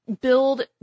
build